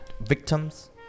victims